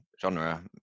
genre